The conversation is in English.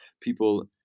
people